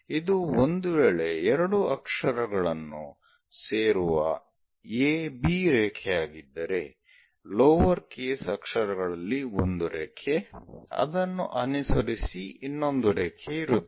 ಇದು ಒಂದು ವೇಳೆ ಎರಡು ಅಕ್ಷರಗಳನ್ನು ಸೇರುವ a b ರೇಖೆಯಾಗಿದ್ದರೆ ಲೋವರ್ ಕೇಸ್ ಅಕ್ಷರಗಳಲ್ಲಿ ಒಂದು ರೇಖೆ ಅದನ್ನು ಅನುಸರಿಸಿ ಇನ್ನೊಂದು ರೇಖೆ ಇರುತ್ತದೆ